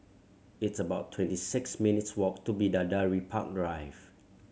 it's about twenty six minutes' walk to Bidadari Park Drive